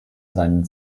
seinen